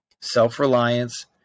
Self-reliance